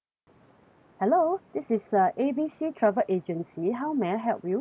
ya hello this is uh A B C travel agency how may I help you